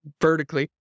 vertically